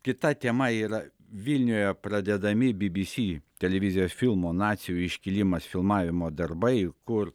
kita tema yra vilniuje pradedami by by sy televizijos filmo nacių iškilimas filmavimo darbai kur